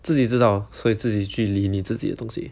自己知道所以自己去理你自己的东西